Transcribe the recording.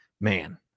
man